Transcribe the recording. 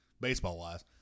baseball-wise